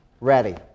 ready